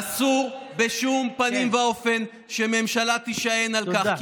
אסור בשום פנים ואופן שממשלה תישען על כך,